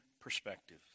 perspective